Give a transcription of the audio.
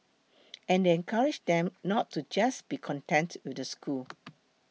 and they encourage them not to just be content with the school